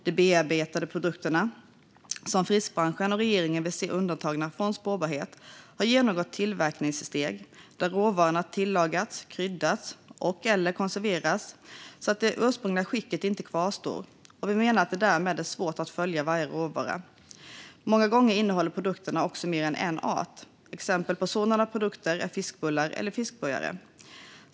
De bearbetade produkter som fiskbranschen och regeringen vill se undantagna från spårbarhet har genomgått tillverkningssteg där råvarorna tillagats, kryddats och/eller konserverats så att det ursprungliga skicket inte kvarstår. Vi menar att det därmed är svårt att följa varje råvara. Många gånger innehåller produkterna också mer än en art. Exempel på sådana produkter är fiskbullar eller fiskburgare.